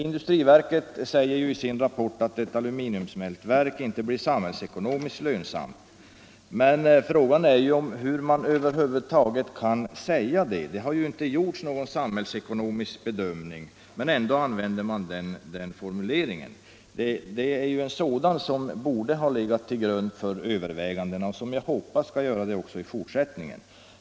Industriverket säger i sin rapport att ett aluminiumsmältverk inte blir samhällsekonomiskt lönsamt. Men frågan är hur man över huvud taget kan säga detta. Det har inte gjorts någon samhällsekonomisk bedömning, och ändå använder man den formuleringen. Det är ju en sådan bedömning som borde ha legat till grund för övervägandena och som jag hoppas skall göra det i fortsättningen.